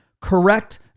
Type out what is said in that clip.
correct